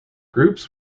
groups